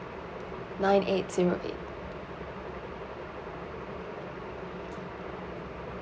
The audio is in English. nine eight zero eight